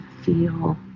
Feel